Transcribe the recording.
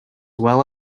well